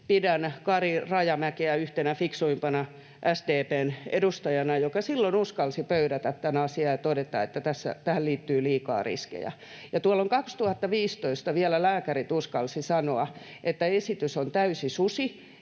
pidän Kari Rajamäkeä yhtenä fiksuimpana SDP:n edustajana, joka silloin uskalsi pöydätä tämän asian ja todeta, että tähän liittyy liikaa riskejä. Tuolloin 2015 vielä lääkärit uskalsivat sanoa, että esitys on täysi susi.